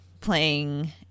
playing